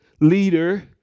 leader